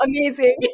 amazing